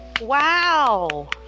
wow